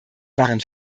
waren